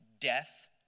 death